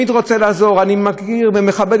אני מכיר ומכבד את כל הציבורים.